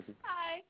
Hi